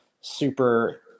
super